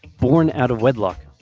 born out of wedlock.